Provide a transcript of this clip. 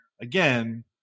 again